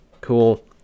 cool